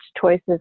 choices